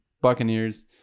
Buccaneers